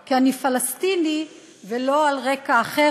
כי אני פלסטיני ולא על רקע אחר,